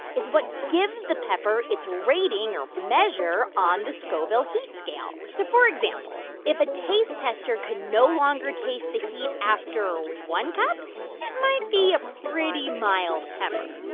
is what gives the pepper its rating or measure on the scoville heat scale. so for example, if a taste tester can no longer taste the heat after one cup, it and might be a pretty mild pepper.